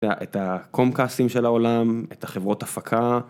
קום קאסים של העולם את החברות הפקה.